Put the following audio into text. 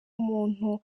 umuntu